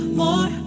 more